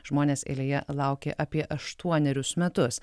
žmonės eilėje laukė apie aštuonerius metus